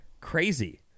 Crazy